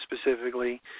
specifically